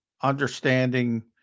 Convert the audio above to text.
understanding